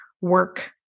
work